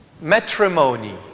matrimony